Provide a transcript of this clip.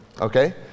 okay